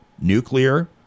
nuclear